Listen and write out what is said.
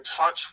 touch